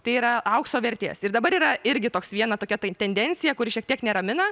tai yra aukso vertės ir dabar yra irgi toks viena tokia tai tendencija kuri šiek tiek neramina